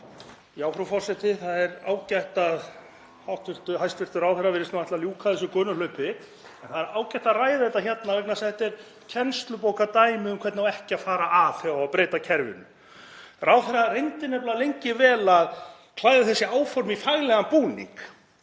Frú forseti. Það er ágætt að hæstv. ráðherra virðist nú ætla að ljúka þessu gönuhlaupi en það er ágætt að ræða þetta hérna vegna þess að þetta er kennslubókardæmi um hvernig á ekki að fara að þegar á að breyta kerfinu. Ráðherra reyndi nefnilega lengi vel að klæða þessi áform í faglegan búning